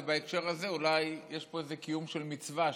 ובהקשר הזה אולי יש פה איזה קיום של מצווה,